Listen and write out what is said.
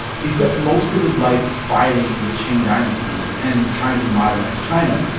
he spent most of his life fighting the qing dynasty and trying to modernize china.